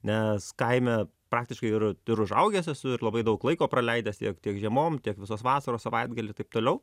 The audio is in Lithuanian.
nes kaime praktiškai ir ir užaugęs esu ir labai daug laiko praleidęs tiek tiek žiemom tiek visos vasaros savaitgaliai taip toliau